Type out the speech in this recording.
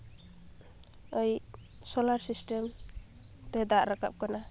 ᱳᱭ solar system ᱛᱮ ᱫᱟᱜ ᱨᱟᱠᱟᱯ ᱠᱟᱱᱟ